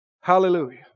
Hallelujah